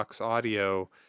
Audio